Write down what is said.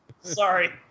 Sorry